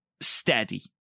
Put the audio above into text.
steady